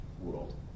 world